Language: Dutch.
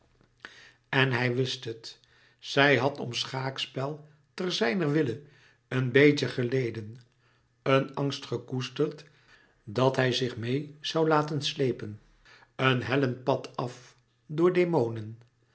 en hij wist het zij had om schaakspel te zijner wille een beetje geleden een angst gekoesterd dat hij zich meê zoû laten sleepen een hellend pad af door demonen